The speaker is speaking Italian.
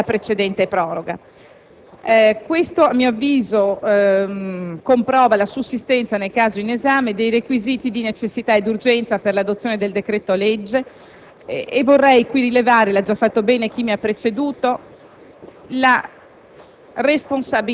anche vista la prossima scadenza al 3 agosto della precedente proroga. Questo - a mio avviso - comprova la sussistenza, nel caso in esame, dei requisiti di necessità e urgenza per l'adozione del decreto-legge.